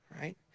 right